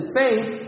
faith